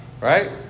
right